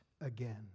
again